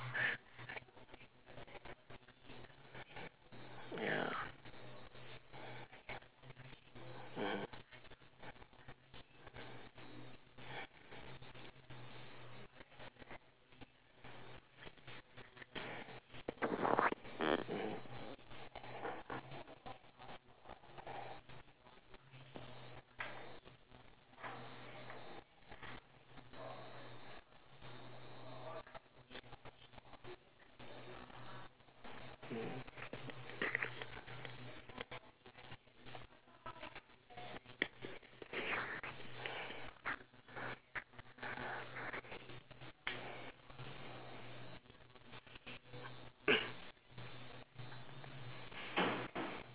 ya mmhmm